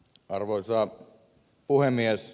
arvoisa puhemies